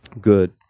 good